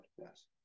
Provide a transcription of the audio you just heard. Yes